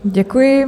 Děkuji.